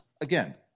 again –